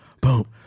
Boom